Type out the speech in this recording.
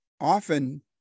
often